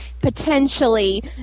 potentially